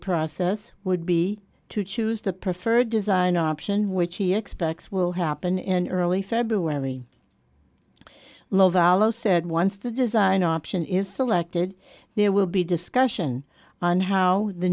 process would be to choose the preferred design option which he expects will happen in early february lovato said once the design option is selected there will be discussion on how the